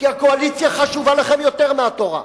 כי הקואליציה חשובה לכם יותר מהתורה.